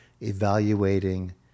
evaluating